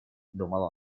думал